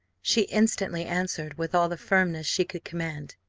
she instantly answered, with all the firmness she could command.